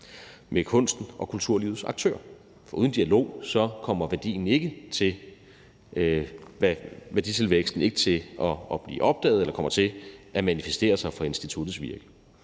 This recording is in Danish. med kunstens og kulturlivets aktører. For uden dialog kommer værditilvæksten ikke til at blive opdaget eller at manifestere sig for instituttets virke.